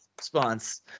response